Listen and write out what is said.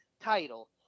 title